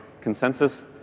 consensus